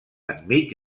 enmig